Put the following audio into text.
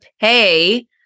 pay